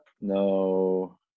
No